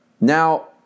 Now